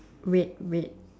red red